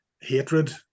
hatred